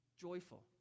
joyful